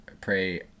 Pray